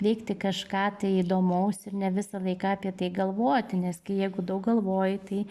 veikti kažką tai įdomaus ir ne visą laiką apie tai galvoti nes kai jeigu daug galvoji tai